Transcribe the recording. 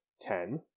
ten